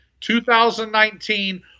2019